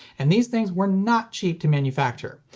and these things were not cheap to manufacture.